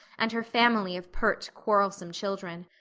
and her family of pert, quarrelsome children.